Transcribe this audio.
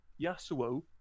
Yasuo